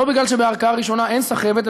לא מפני שבערכאה ראשונה אין סחבת,